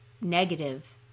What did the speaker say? negative